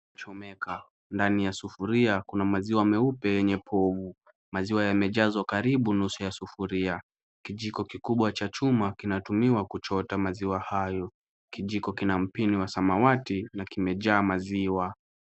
Chomeka. Ndani ya sufuria kuna maziwa meupe yenye povu. Maziwa yamejazwa karibu nusu ya sufuria. Kijiko kikubwa cha chuma kinatumiwa kuchota maziwa hayo. Kijiko kina mpini wa samawati na kimejaa maziwa.